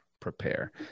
Prepare